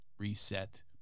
Reset